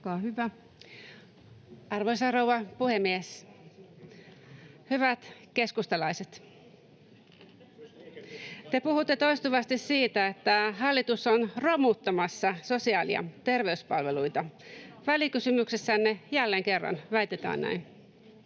Arvoisa rouva puhemies! Hyvät keskustalaiset, te puhutte toistuvasti siitä, että hallitus on romuttamassa sosiaali- ja terveyspalveluita. Välikysymyksessänne jälleen kerran väitetään näin.